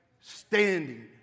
Standing